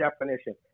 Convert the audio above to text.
definition